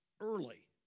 early